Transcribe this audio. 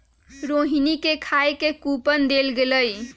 रोहिणी के खाए के कूपन देल गेलई